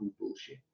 bullshit